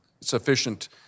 sufficient